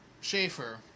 Schaefer